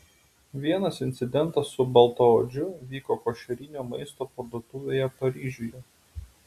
vienas incidentas su baltaodžiu vyko košerinio maisto parduotuvėje paryžiuje